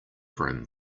brim